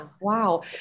Wow